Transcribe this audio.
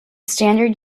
standard